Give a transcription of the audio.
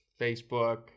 Facebook